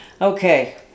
Okay